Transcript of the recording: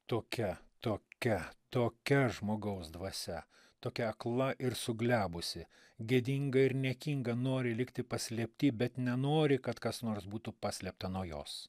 tokia tokia tokia žmogaus dvasia tokia akla ir suglebusi gėdinga ir niekinga nori likti paslėpti bet nenori kad kas nors būtų paslėpta nuo jos